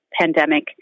pandemic